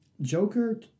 Joker